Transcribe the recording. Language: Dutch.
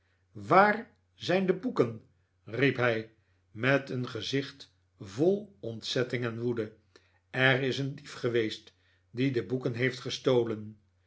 waar zijn de boeken riep hij met een gezicht vol ontzetting en woede er is een dief geweest die de boeken heeft gestolen